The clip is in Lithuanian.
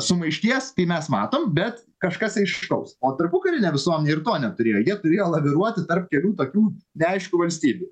sumaišties kai mes matom bet kažkas aiškaus o tarpukarinė visuomenė ir to neturėjo jie turėjo laviruoti tarp kelių tokių neaiškių valstybių